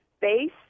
base